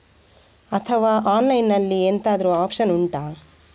ಅಥವಾ ಆನ್ಲೈನ್ ಅಲ್ಲಿ ಎಂತಾದ್ರೂ ಒಪ್ಶನ್ ಉಂಟಾ